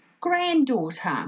Granddaughter